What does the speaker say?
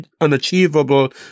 unachievable